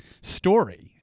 story